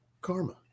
karma